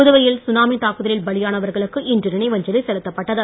புதுவையில் சுனாமி தாக்குதலில் பலியானவர்களுக்கு இன்று நினைவஞ்சலி செலுத்தப்பட்டது